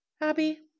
Abby